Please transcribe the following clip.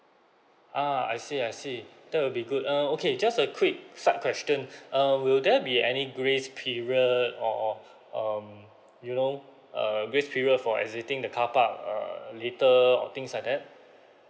ah I see I see that will be good err okay just a quick side question err will there be any grace period or um you know err grace period for exiting the car park err later or things like that